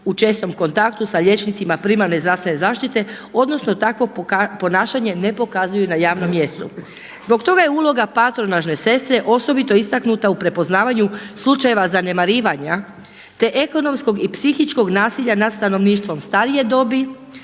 u čestom kontaktu sa liječnicima primarne zdravstvene zaštite odnosno takvo ponašanje ne pokazuju na javnom mjestu. Zbog toga je uloga patronažne sestre osobito istaknuta u prepoznavanju slučajeva zanemarivanja, te ekonomskog i psihičkog nasilja nad stanovništvom starije dobi